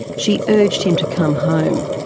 she urged him to come home.